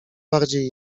bardziej